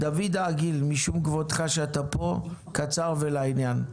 דוד עגיל, משום כבודך שאתה פה, קצר ולעניין.